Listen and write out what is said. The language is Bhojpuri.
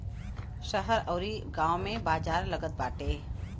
शहर अउरी गांव में बाजार लागत बाटे